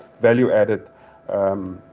value-added